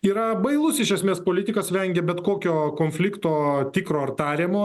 yra bailus iš esmės politikas vengia bet kokio konflikto tikro ar tariamo